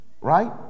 right